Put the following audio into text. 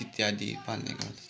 इत्यादि पाल्ने गर्दछौँ